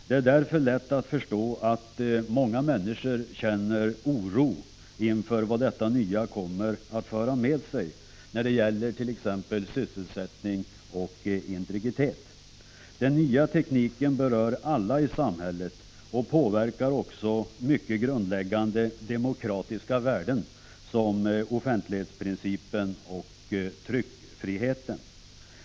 Det är därför lätt att förstå att många människor känner oro inför vad detta nya kommer att föra med sig när det gäller t.ex. sysselsättning och integritet. Den nya tekniken berör alla i samhället och påverkar också mycket grundläggande demokratiska värden, som offentlighetsprincipen och tryckfriheten.